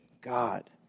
God